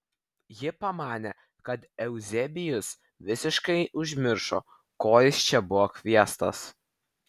ji pamanė kad euzebijus visiškai užmiršo ko jis čia buvo kviestas